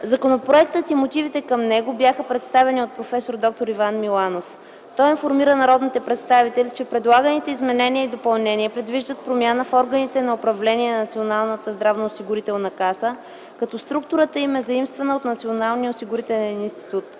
Законопроектът и мотивите към него бяха представени от проф. д-р Иван Миланов. Той информира народните представители, че предлаганите изменения и допълнения предвиждат промяна в органите на управление на Националната здравноосигурителна каса, като структурата им е заимствана от Националния осигурителен институт.